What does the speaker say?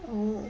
oo